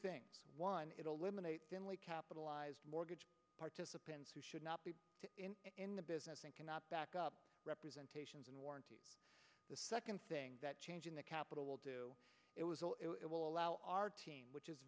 things one it eliminates generally capitalized mortgage participants who should not be in the business and cannot back up representations and warranties the second thing that changing the capital will do it was all it will allow our team which is